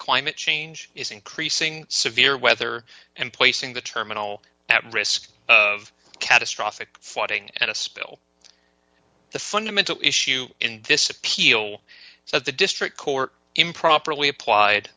climate change is increasing severe weather and placing the terminal at risk of catastrophic flooding and a spill the fundamental issue in this appeal is that the district court improperly applied